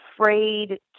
afraid